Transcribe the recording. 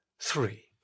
three